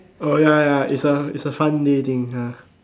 oh ya ya ya is a is a fun day thing ha